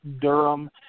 Durham